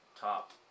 top